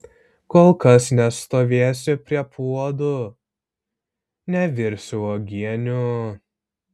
kol kas nestovėsiu prie puodų nevirsiu uogienių